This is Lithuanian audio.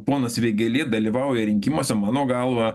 ponas vėgėlė dalyvauja rinkimuose mano galva